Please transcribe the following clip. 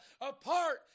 apart